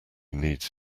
needs